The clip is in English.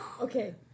Okay